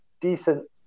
Decent